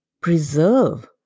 preserve